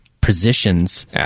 positions